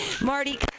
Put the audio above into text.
Marty